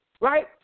right